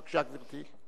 בבקשה, גברתי.